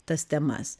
tas temas